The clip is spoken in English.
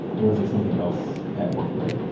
or is there something else at work there?